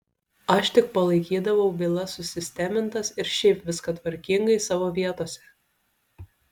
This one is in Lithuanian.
aš tik palaikydavau bylas susistemintas ir šiaip viską tvarkingai savo vietose